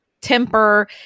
temper